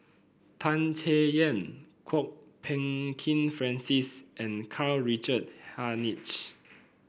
Tan Chay Yan Kwok Peng Kin Francis and Karl Richard Hanitsch